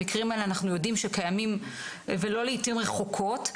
המקרים האלה קיימים ולא לעיתים רחוקות.